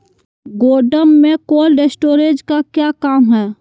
गोडम में cold storage का क्या काम है?